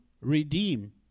redeem